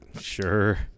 Sure